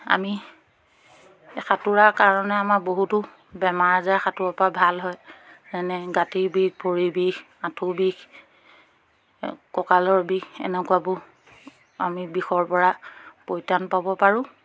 আমি সাঁতোৰাৰ কাৰণে আমাৰ বহুতো বেমাৰ আজাৰ সাঁতোৰৰপৰা ভাল হয় যেনে গাঁঠিৰ বিষ ভৰিৰ বিষ আঁঠু বিষ কঁকালৰ বিষ এনেকুৱাবোৰ আমি বিষৰপৰা পৰিত্ৰাণ পাব পাৰোঁ